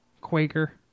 Quaker